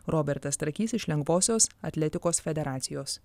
robertas trakys iš lengvosios atletikos federacijos